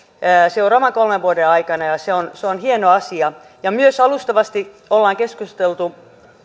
seuraavien kolmen vuoden aikana ja ja se on se on hieno asia ja myös alustavasti on keskusteltu